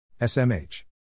SMH